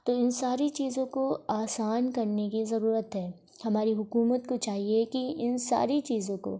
تو ان ساری چیزوں کو آسان کرنے کی ضرورت ہے ہماری حکومت کو چاہیے یہ کہ ان ساری چیزوں کو